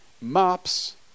Mops